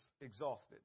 exhausted